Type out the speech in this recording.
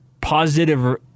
positive